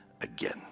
again